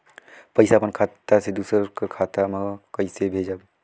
पइसा अपन खाता से दूसर कर खाता म कइसे भेजब?